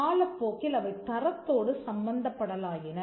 காலப்போக்கில் அவை தரத்தோடு சம்பந்தப்படலாயின